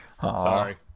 Sorry